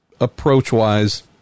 approach-wise